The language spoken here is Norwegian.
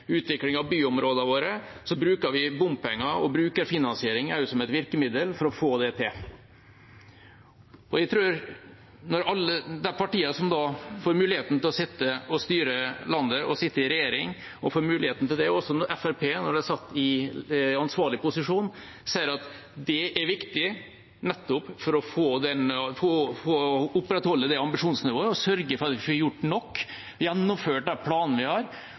utvikling av byområdene våre, bruker vi bompenger og brukerfinansiering som et virkemiddel for å få det til. Jeg tror at de partiene som får mulighet til å sitte og styre landet, og får mulighet til å sitte i regjering – også Fremskrittspartiet da de satt i ansvarlig posisjon – ser at det er viktig nettopp for å opprettholde ambisjonsnivået, sørge for at man får gjort nok og gjennomført de planene vi har.